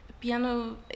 piano